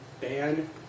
ban